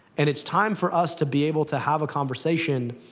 and it's time for us to be able to have a conversation,